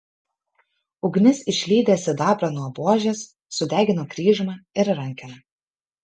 ugnis išlydė sidabrą nuo buožės sudegino kryžmą ir rankeną